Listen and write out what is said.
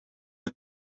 mij